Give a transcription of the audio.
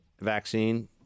vaccine